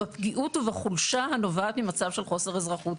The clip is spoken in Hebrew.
בפגיעות ובחולשה הנובעת ממצב של חוסר אזרחות.